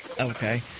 Okay